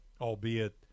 albeit